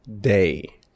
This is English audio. day